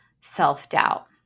self-doubt